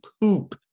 poop